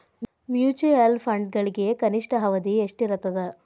mutual ಫಂಡ್ಗಳಿಗೆ ಕನಿಷ್ಠ ಅವಧಿ ಎಷ್ಟಿರತದ